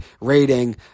rating